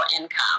income